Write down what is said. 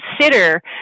consider